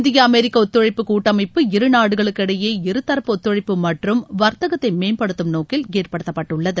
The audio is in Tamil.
இந்திய அமெரிக்க ஒத்துழைப்பு கூட்டமைப்பு இருநாடுகளுக்கு இடையே இருதரப்பு ஒத்தழைப்பு மற்றும் வர்த்தகத்தை மேம்படுத்தும் நோக்கில் ஏற்படுத்தப்பட்டுள்ளது